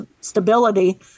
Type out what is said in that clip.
stability